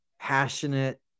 passionate